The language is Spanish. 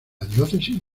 diócesis